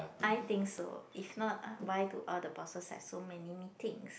I think so if not ah why do all the bosses have so many meetings